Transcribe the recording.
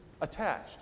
attached